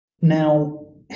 Now